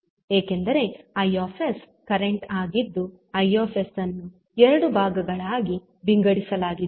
ಏಕೆಂದರೆ I current ಆಗಿದ್ದು I ಅನ್ನು ಎರಡು ಭಾಗಗಳಾಗಿ ವಿಂಗಡಿಸಲಾಗಿದೆ